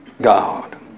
God